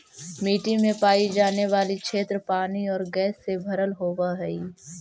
मिट्टी में पाई जाने वाली क्षेत्र पानी और गैस से भरल होवअ हई